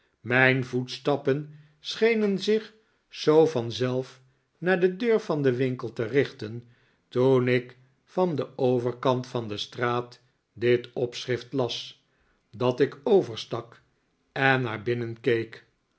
mijn voetstappen schenen zich zoo vanzelf naar de deur van den winkel te richten toen ik van den overkant van de straat dit opschrift las dat ik overstak en naar binnen keek